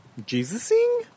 Jesusing